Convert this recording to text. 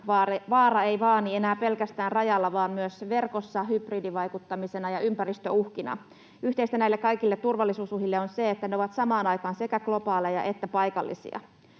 Vaara ei vaani enää pelkästään rajalla vaan myös verkossa hybridivaikuttamisena ja ympäristöuhkina. Yhteistä näille kaikille turvallisuusuhille on se, että ne ovat samaan aikaan sekä globaaleja että paikallisia.